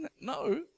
no